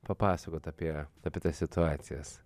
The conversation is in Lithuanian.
papasakot apie apie tas situacijas